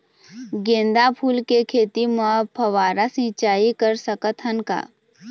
गेंदा फूल के खेती म फव्वारा सिचाई कर सकत हन का?